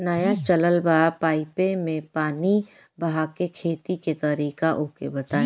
नया चलल बा पाईपे मै पानी बहाके खेती के तरीका ओके बताई?